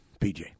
PJ